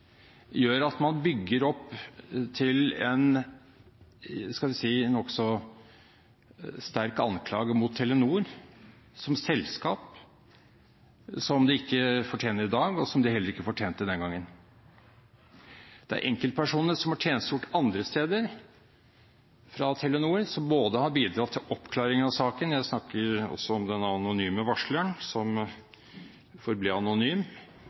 gjør at man bygger opp til en nokså sterk anklage mot Telenor som selskap som det ikke fortjener i dag, og som det heller ikke fortjente den gangen. Det er enkeltpersoner som har tjenestegjort andre steder, fra Telenor, som har bidratt til oppklaring av saken – jeg snakker også om den anonyme varsleren som